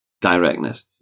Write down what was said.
directness